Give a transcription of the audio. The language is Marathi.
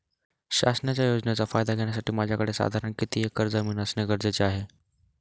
शासनाच्या योजनेचा फायदा घेण्यासाठी माझ्याकडे साधारण किती एकर जमीन असणे गरजेचे आहे?